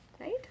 right